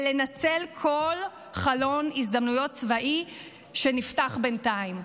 ולנצל כל חלון הזדמנויות צבאי שנפתח בינתיים.